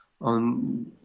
On